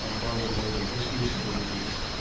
ah bonded laborer, just recently released.